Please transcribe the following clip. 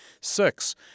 Six